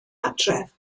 adref